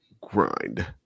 Grind